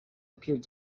appeared